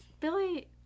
Billy